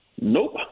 Nope